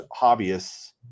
hobbyists